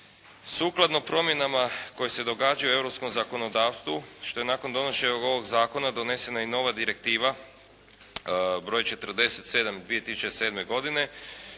Sukladno promjenama koje se događaju u europskom zakonodavstvu što je nakon donošenja ovog zakona donesena i nova direktiva broj 47 iz 2007. godine,